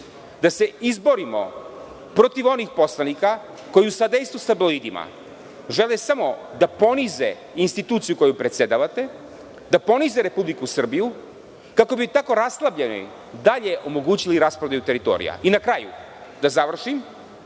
da se izborimo protiv onih poslanika koji u sadejstvu sa tabloidima žele samo da ponize instituciju kojom predsedavate, da ponize Republiku Srbiju kako bi tako raslabljeni dalje omogućili rasprodaju teritorija. Na kraju da završim,